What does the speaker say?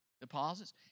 deposits